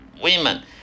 women